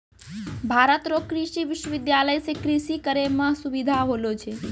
भारत रो कृषि विश्वबिद्यालय से कृषि करै मह सुबिधा होलो छै